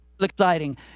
exciting